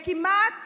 כמעט